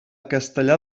castellar